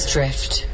Drift